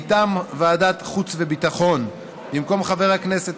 מטעם ועדת החוץ והביטחון במקום חבר הכנסת